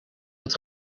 het